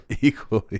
Equally